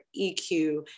EQ